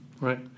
Right